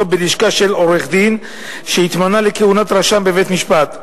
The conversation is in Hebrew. בלשכה של עורך-דין שהתמנה לכהונת רשם בבית-משפט.